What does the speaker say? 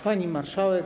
Pani Marszałek!